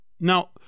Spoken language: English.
Now